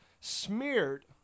smeared